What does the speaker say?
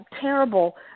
terrible